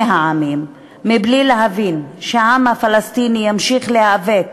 העמים בלי להבין שהעם הפלסטיני ימשיך להיאבק